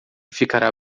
ficará